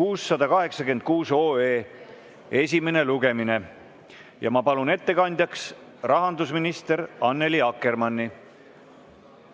686 esimene lugemine. Ma palun ettekandjaks rahandusminister Annely Akkermanni.